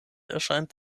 erscheint